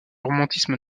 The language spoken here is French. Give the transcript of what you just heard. romantisme